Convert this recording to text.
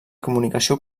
comunicació